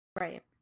Right